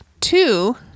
two